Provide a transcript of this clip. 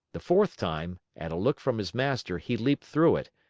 the fourth time, at a look from his master he leaped through it,